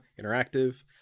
Interactive